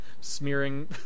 smearing